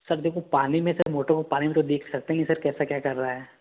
sir देखो पानी में से मोटर को पानी में तो देख सकते नहीं सर कैसे क्या कर रहा है